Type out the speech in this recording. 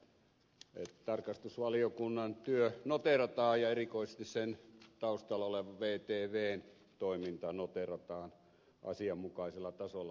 on erinomaisen hyvä että tarkastusvaliokunnan työ noteerataan ja erikoisesti sen taustalla olevan vtvn toiminta noteerataan asianmukaisella tasolla olevaksi